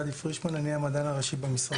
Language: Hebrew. פרישמן, אני המדען הראשי במשרד.